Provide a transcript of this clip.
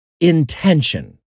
intention